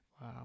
Wow